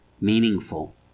meaningful